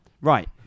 Right